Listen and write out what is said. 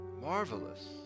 marvelous